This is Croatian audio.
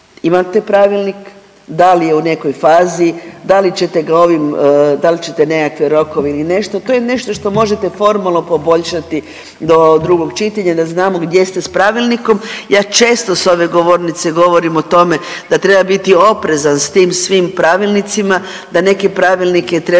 imate pravilnik, da li je u nekoj fazi, da li ćete ga ovim, da li ćete nekakve rokove ili nešto, to je nešto što možete formalno poboljšati do drugog čitanja da znamo gdje ste s pravilnikom. Ja često s ove govornice govorim o tome da treba biti oprezan s tim svim pravilnicima, da neke pravilnike trebate